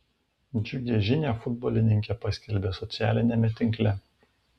džiugią žinią futbolininkė paskelbė socialiniame tinkle